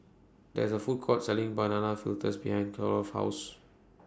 There IS A Food Court Selling Banana Fritters behind Ceola's House